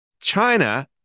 China